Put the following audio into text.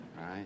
right